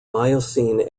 miocene